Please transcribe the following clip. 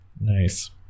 Nice